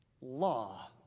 law